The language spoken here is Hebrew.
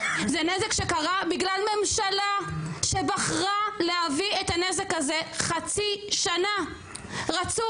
זה נזק שקרה בגלל ממשלה שבחרה להביא את הנזק הזה חצי שנה רצוף.